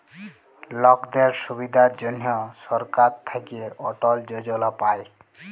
লকদের সুবিধার জনহ সরকার থাক্যে অটল যজলা পায়